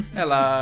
Hello